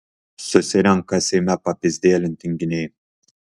susirenka seime papyzdelinti tinginiai